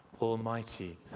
Almighty